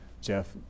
Jeff